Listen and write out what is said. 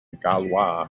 galois